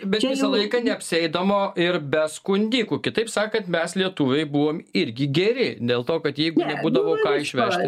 bet visą laiką neapsieidamo ir be skundikų kitaip sakant mes lietuviai buvom irgi geri dėl to kad jeigu nebūdavo ką išvežti